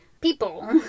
people